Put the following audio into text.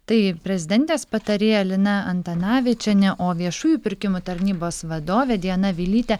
tai prezidentės patarėja lina antanavičienė o viešųjų pirkimų tarnybos vadovė diana vilytė